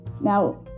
Now